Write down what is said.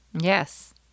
Yes